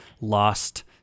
lost